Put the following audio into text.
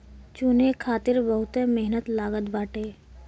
चुने खातिर बहुते मेहनत लागत बाटे